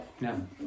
No